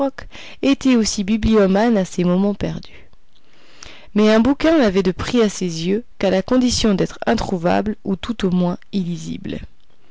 était aussi bibliomane à ses moments perdus mais un bouquin n'avait de prix à ses yeux qu'à la condition d'être introuvable ou tout au moins illisible